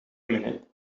minute